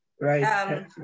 Right